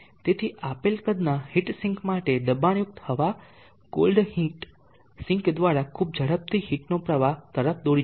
તેથી આપેલ કદના હીટ સિંક માટે દબાણયુક્ત હવા કોલ્ડહીટ સિંક દ્વારા ખૂબ ઝડપથી હીટનો પ્રવાહ તરફ દોરી જશે